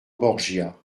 borgia